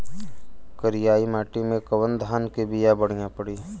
करियाई माटी मे कवन धान के बिया बढ़ियां पड़ी?